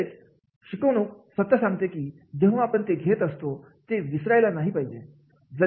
तसेच शिकवणूक स्वतः सांगते की जेव्हा आपण ते घेत असतो ते विसरायला नाही पाहिजे